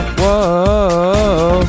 whoa